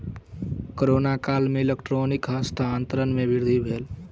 corona काल में electronic हस्तांतरण में वृद्धि भेल